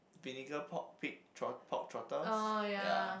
vinegar pork pig tro~ pork trotters ya